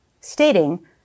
stating